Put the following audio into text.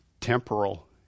temporal